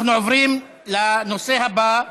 אנחנו עוברים לנושא הבא: